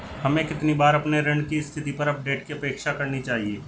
हमें कितनी बार अपने ऋण की स्थिति पर अपडेट की अपेक्षा करनी चाहिए?